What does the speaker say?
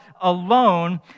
alone